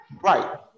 Right